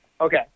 okay